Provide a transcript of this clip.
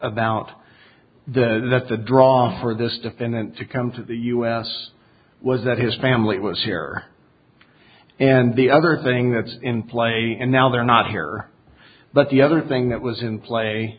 about the that's a draw for this defendant to come to the u s was that his family was here and the other thing that's in play and now they're not here but the other thing that was in